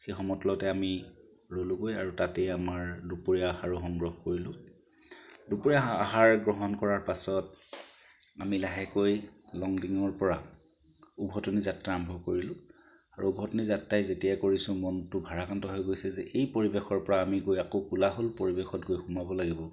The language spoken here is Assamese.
সেই সমতলতে আমি ৰ'লোঁগৈ আৰু তাতেই আমাৰ দুপৰীয়া আহাৰো সংগ্ৰহ কৰিলোঁ দুপৰীয়া আহাৰ গ্ৰহণ কৰাৰ পাছত আমি লাহেকৈ লংডিঙৰ পৰা উভটনি যাত্ৰা আৰম্ভ কৰিলোঁ আৰু উভটনি যাত্ৰাই যেতিয়া কৰিছোঁ মনটো ভাৰাক্ৰান্ত হৈ গৈছে যে এই পৰিৱেশৰ পৰা আমি গৈ আকৌ কোলাহল পৰিৱেশত গৈ সোমাব লাগিব